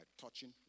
touching